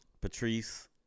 Patrice